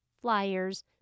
flyers